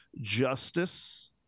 justice